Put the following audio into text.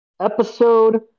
episode